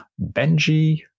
Benji